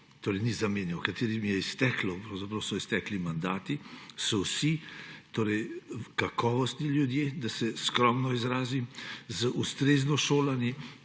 torej ne zamenjal, katerim je izteklo, pravzaprav so se iztekli mandati, so vsi kakovostni ljudje, da se skromno izrazim, ustrezno šolani,